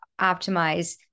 optimize